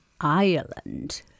Ireland